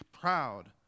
proud